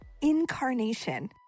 incarnation